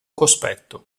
cospetto